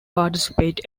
participate